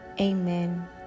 Amen